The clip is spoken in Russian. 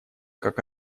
как